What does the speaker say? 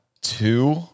two